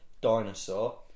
dinosaur